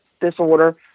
disorder